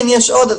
כן, יש עוד.